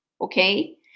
okay